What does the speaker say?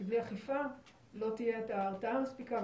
בלי אכיפה, לא תהיה הרתעה מספיקה.